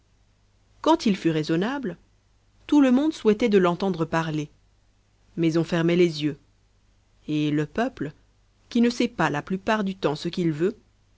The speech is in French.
quand il fut raisonnable tout le monde souhaitait de l'entendre parler mais on fermait les yeux et le peuple qui ne sait pas la plupart du tems ce qu'il veut